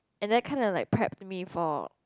and that kind of like prepped me for